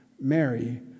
Mary